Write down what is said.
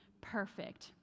perfect